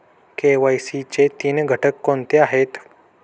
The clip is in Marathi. के.वाय.सी चे तीन घटक कोणते आहेत?